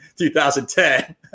2010